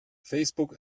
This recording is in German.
facebook